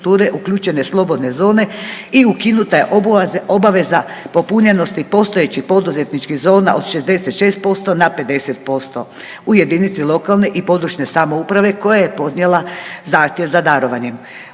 uključene slobodne zone i ukinuta je obveza popunjenosti postojećih poduzetničkih zona od 66% na 50% u jedinici lokalne i područne samouprave koja je podnijela zahtjev za darovanjem.